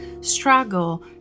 struggle